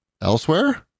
elsewhere